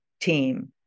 team